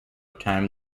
time